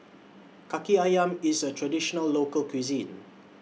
Kaki Ayam IS A Traditional Local Cuisine